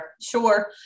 Sure